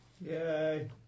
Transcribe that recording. yay